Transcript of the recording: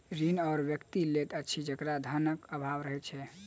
ऋण ओ व्यक्ति लैत अछि जकरा धनक आभाव रहैत छै